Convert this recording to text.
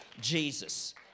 Jesus